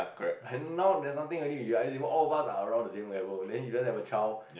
then now there's nothing already you are eligible all of us are around the same level then you just have a child